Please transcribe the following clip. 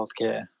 healthcare